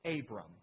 Abram